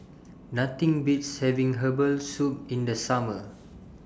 Nothing Beats having Herbal Soup in The Summer